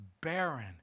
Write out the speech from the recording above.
barren